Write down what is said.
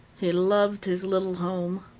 he loved his little home.